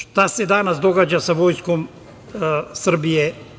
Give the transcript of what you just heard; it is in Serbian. Šta se danas događa sa vojskom Srbije?